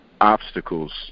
obstacles